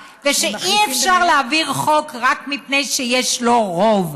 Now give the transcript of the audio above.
ושאי-אפשר להעביר חוק רק מפני שיש לו רוב.